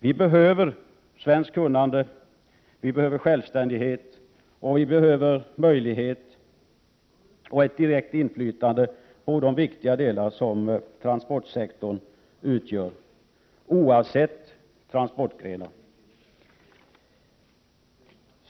Vi behöver svenskt kunnande, självständighet och ett inflytande på de viktiga delar av näringslivet som transportsektorn utgör, oavsett transportgren.